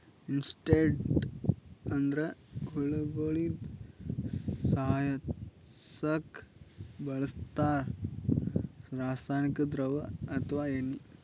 insecticides ಅಂದ್ರ ಹುಳಗೋಳಿಗ ಸಾಯಸಕ್ಕ್ ಬಳ್ಸಂಥಾ ರಾಸಾನಿಕ್ ದ್ರವ ಅಥವಾ ಎಣ್ಣಿ